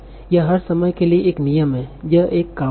यह हर समय के लिए एक नियम है यह एक कहावत है